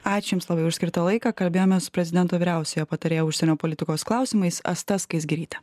ačiū jums labai už skirtą laiką kalbėjomės prezidento vyriausiojo patarėjo užsienio politikos klausimais asta skaisgirytė